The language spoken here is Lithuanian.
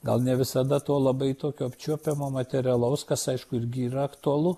gal ne visada to labai tokio apčiuopiamo materialaus kas aišku irgi yra aktualu